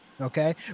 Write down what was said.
okay